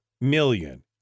million